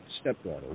stepdaughter